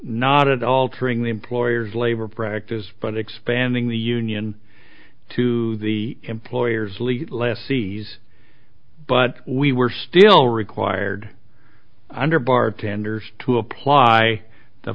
not altering the employer's labor practice but expanding the union to the employers legal lessees but we were still required under bar tenders to apply